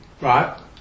Right